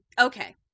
Okay